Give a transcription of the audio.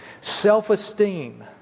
Self-esteem